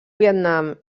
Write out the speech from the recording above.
vietnam